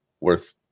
worth